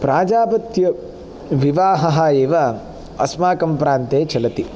प्राजापत्यविवाहः एव अस्माकं प्रान्ते चलति